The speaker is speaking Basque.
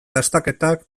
dastaketak